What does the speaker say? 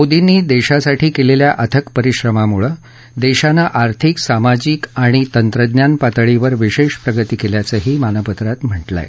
मोदींनी देशासाठी केलेल्या अथक परिश्रमामुळे देशाने आर्थिक सामाजिक आणि तंत्रज्ञान पातळीवर विशेष प्रगती केल्याचंही मानपत्रात म्हटलं आहे